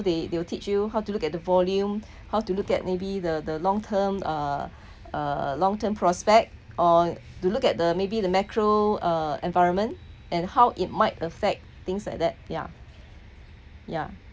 they they will teach you how to look at the volume how to look at maybe the the long term uh long term prospect or to look at the maybe the macro uh environment and how it might affect things like that yeah yeah